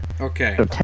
Okay